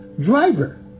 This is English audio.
driver